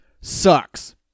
sucks